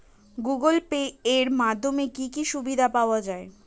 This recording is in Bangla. গুগোল পে এর মাধ্যমে কি কি সুবিধা পাওয়া যায়?